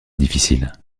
difficile